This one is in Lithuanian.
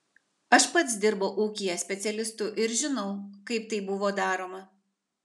aš pats dirbau ūkyje specialistu ir žinau kaip tai buvo daroma